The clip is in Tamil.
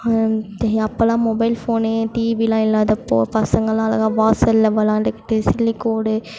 அப்போல்லாம் மொபைல் ஃபோனு டீவிலாம் இல்லாதப்போது பசங்கள்லாம் அழகாக வாசலில் வெளாண்டுக்கிட்டு சில்லு கோடு